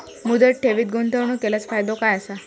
मुदत ठेवीत गुंतवणूक केल्यास फायदो काय आसा?